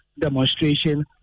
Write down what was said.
demonstration